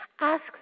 Ask